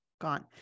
gone